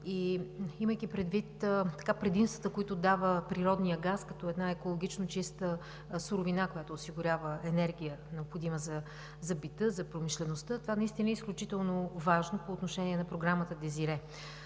Имайки предвид предимствата, които дава природният газ като една екологично чиста суровина, която осигурява необходимата енергия за бита, за промишлеността, това наистина е изключително важно по отношение на Програмата DESIREE.